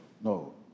No